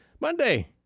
Monday